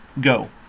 Go